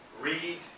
read